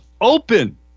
open